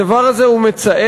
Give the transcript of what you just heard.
הדבר הזה הוא מצער,